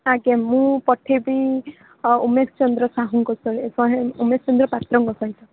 ଆଜ୍ଞା ମୁଁ ପଠାଇବି ଉମେଶ ଚନ୍ଦ୍ର ସାହୁଙ୍କ ସହ ଉମେଶ ଚନ୍ଦ୍ର ପାତ୍ରଙ୍କ ପାଇଁ